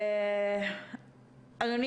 תודה רבה.